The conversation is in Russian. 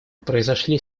произошли